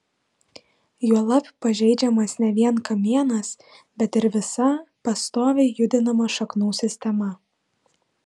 juolab pažeidžiamas ne vien kamienas bet ir visa pastoviai judinama šaknų sistema